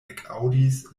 ekaŭdis